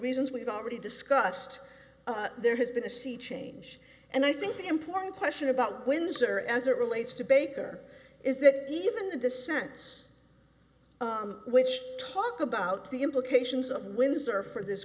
reasons we've already discussed there has been a sea change and i think the important question about windsor as it relates to baker is that even the dissents which talk about the implications of the windsurfer this